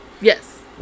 Yes